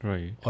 Right